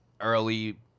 early